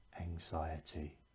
Anxiety